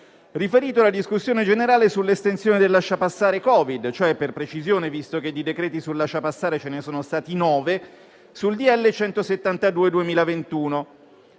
riferito alla discussione generale sull'estensione del lasciapassare Covid-19. Per precisione, visto che di decreti sul lasciapassare ce ne sono stati nove, l'intervento